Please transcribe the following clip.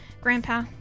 grandpa